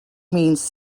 means